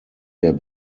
der